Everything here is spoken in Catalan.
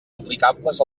aplicables